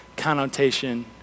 connotation